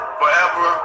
forever